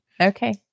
Okay